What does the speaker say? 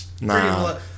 Nah